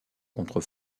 contre